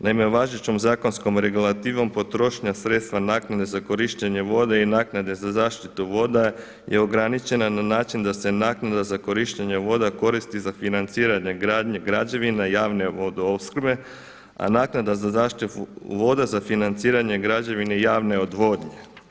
Naime, važećom zakonskom regulativom potrošnja sredstva naknade za korištenje voda i naknade za zaštitu voda je ograničena na način da se naknada za korištenje voda koristi za financiranje gradnje građevina javne vodoopskrbe, a naknada za zaštitu voda za financiranje građevine javne odvodnje.